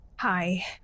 Hi